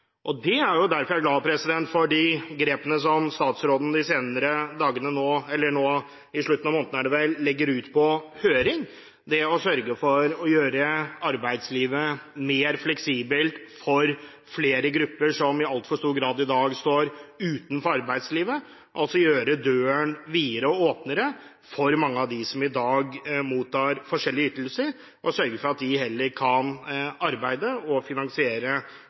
er jeg glad for at statsråden nå tar grep og i slutten av måneden legger ut på høring det å sørge for å gjøre arbeidslivet mer fleksibelt for flere grupper som i altfor stor grad i dag står utenfor arbeidslivet – altså gjøre døren videre og åpnere for mange av dem som i dag mottar forskjellige ytelser – og sørge for at de heller kan arbeide og finansiere